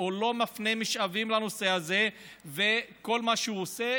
הוא לא מפנה משאבים לנושא הזה וכל מה שהוא עושה,